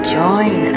join